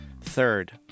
Third